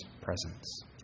presence